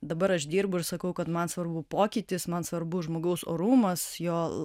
dabar aš dirbu ir sakau kad man svarbu pokytis man svarbus žmogaus orumas jo